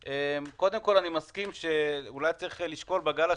קודם כול אני מסכים שאולי צריך לשקול בגל השני,